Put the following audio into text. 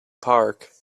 park